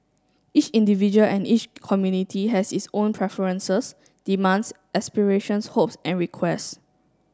each individual and each community has its own preferences demands aspirations hopes and requests